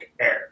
Air